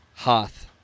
Hoth